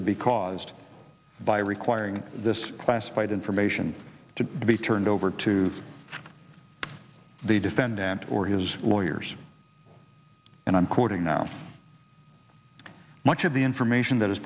would be caused by requiring this classified information to be turned over to the defendant or his lawyers and i'm quoting now much the information that is